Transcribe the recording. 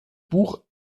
buch